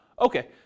okay